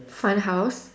fun house